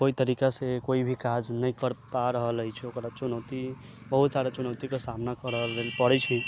कोइ तरीकासँ कोइ भी काज नहि कर पा रहल अछि ओकरा चुनौती बहुत सारा चुनौतीके सामना करऽ पड़ैत छै